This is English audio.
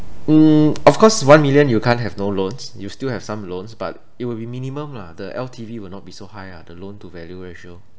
mm of course one million you can't have no loans you still have some loans but it will be minimum lah the L_T_V will not be so high ah the loan to value ratio